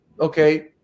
okay